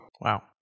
wow